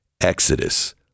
Exodus